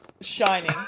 shining